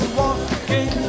walking